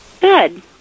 Good